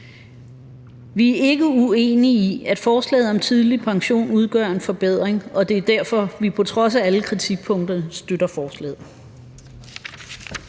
Vi er ikke uenige i, at forslaget om tidlig pension udgør en forbedring, og det er derfor, at vi på trods af alle kritikpunkterne støtter forslaget.